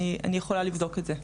אני יכולה לבדוק את זה.